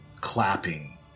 clapping